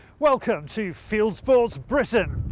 welcome to fieldsports britain.